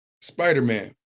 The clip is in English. Spider-Man